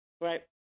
right